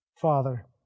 Father